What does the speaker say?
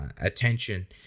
attention